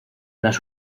las